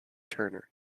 turner